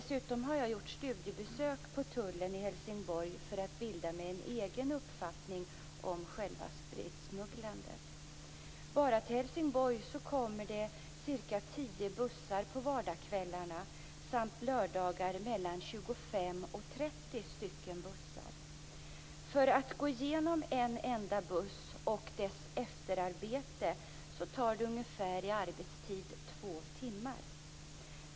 Dessutom har jag gjort studiebesök hos tullen i Helsingborg för att bilda mig en egen uppfattning om spritsmugglandet. Bara till Helsingborg kommer det ca 10 bussar på vardagskvällar samt mellan 25 och 30 bussar på lördagar. Att gå igenom en enda buss och efterarbetet tar ungefär två timmar.